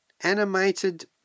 animated